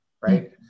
right